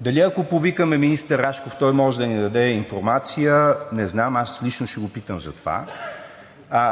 Дали, ако повикаме министър Рашков, той може да ни даде информация? Не знам. Аз лично ще го питам за това,